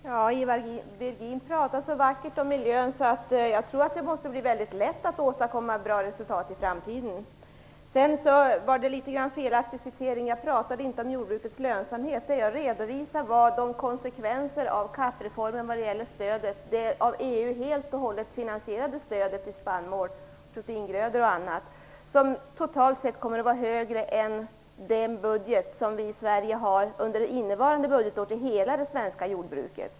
Fru talman! Ivar Virgin talade så vacker om miljön att jag tror att det blir väldigt lätt att åstadkomma bra resultat i framtiden. Sedan blev det litet felaktigt. Jag talade inte om jordbrukets lönsamhet. Jag redovisade konsekvenserna av det helt av EU finansierade stödet till spannmål, proteingrödor och annat. Detta stöd kommer totalt sett att vara högre än den budget som Sverige har under innevarande budgetår för hela det svenska jordbruket.